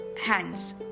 hands